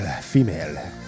female